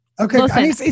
Okay